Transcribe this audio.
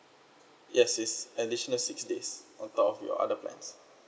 yes yes additional six days on top of your other plans